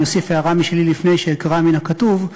אני אוסיף הערה משלי לפני שאקרא מן הכתוב,